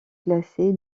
classé